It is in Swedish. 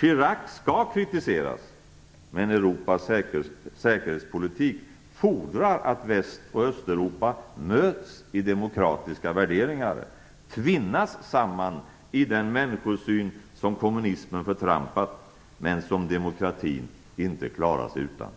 Chirac skall kritiseras. Men Europas säkerhetspolitik fordrar att Väst och Östeuropa möts i demokratiska värderingar, tvinnas samman i den människosyn som kommunismen förtrampat, men som demokratin inte klarar sig utan.